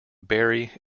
barry